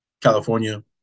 California